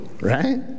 Right